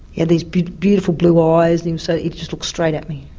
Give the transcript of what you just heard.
he had these beautiful blue eyes and so he just looked straight at me,